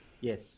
Yes